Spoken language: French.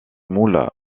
moules